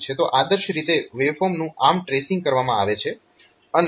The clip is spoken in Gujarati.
તો આદર્શ રીતે વેવફોર્મનું આમ ટ્રેસીંગ કરવામાં આવે છે